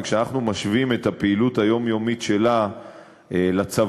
וכשאנחנו משווים את הפעילות היומיומית שלה לצבא,